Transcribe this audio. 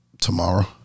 tomorrow